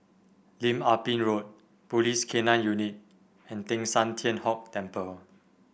Lim Ah Pin Road Police K Nine Unit and Teng San Tian Hock Temple